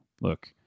look